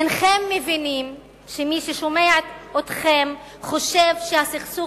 אינכם מבינים שמי ששומע אתכם חושב שהסכסוך